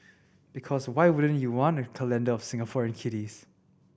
because why wouldn't you want a calendar of Singaporean kitties